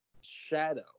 shadow